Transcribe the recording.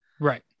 Right